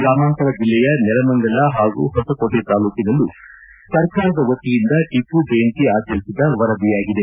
ಗ್ರಾಮಾಂತರ ಜಿಲ್ಲೆಯ ನೆಲಮಂಗಲ ಪಾಗೂ ಹೊಸಕೋಟೆ ತಾಲ್ಲೂಕಿನಲ್ಲೂ ಸರ್ಕಾರದ ವತಿಯಿಂದ ಟಿಮ್ನ ಜಯಂತಿ ಆಚರಿಸಿದ ವರದಿಯಾಗಿದೆ